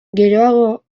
geroago